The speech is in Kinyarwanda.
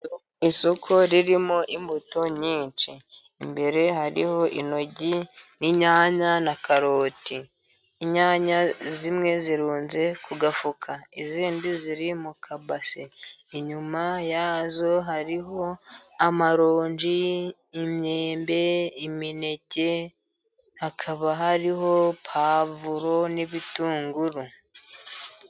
Isoko ririmo imbuto nyinshi imbere hariho intoryi n'inyanya na karoti inyanya zimwe zirunze ku gafuka izindi ziri mu kabasi, inyuma yazo hariho amaronji, imyembe, imineke hakaba hariho puwavuro n'ibitunguru.